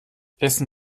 essen